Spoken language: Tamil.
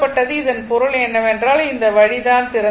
இதன் பொருள் என்னவென்றால் இந்த வழி தான் திறந்து உள்ளது